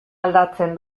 aldatzen